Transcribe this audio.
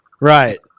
Right